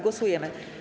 Głosujemy.